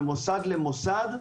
ממוסד למוסד,